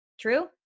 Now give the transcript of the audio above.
true